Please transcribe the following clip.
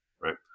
right